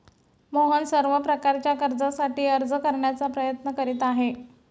मोहन सर्व प्रकारच्या कर्जासाठी अर्ज करण्याचा प्रयत्न करीत आहे